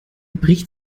bricht